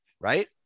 right